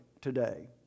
today